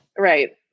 Right